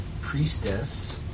Priestess